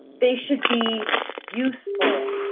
they should be useful,